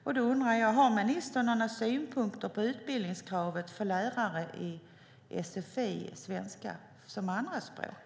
Jag undrar om ministern har några synpunkter på utbildningskravet för lärare i sfi och svenska som andraspråk.